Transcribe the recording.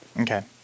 Okay